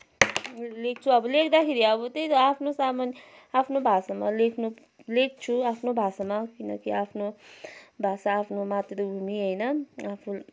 लेख्छु अब लेख्दाखेरि अब त्यही त आफ्नो सामान आफ्नो भाषामा लेख्नु लेख्छु आफ्नो भाषामा किनकि आफ्नो भाषा आफ्नो मातृभूमि होइन आफू